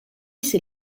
ses